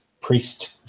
priest